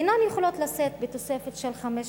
אינן יכולות לשאת בתוספת של 500